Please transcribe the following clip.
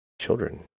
children